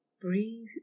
Breathe